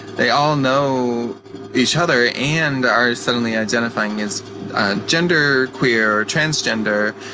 they all know each other and are suddenly identifying as genderqueer, or transgender,